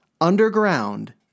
underground